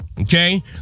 okay